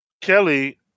Kelly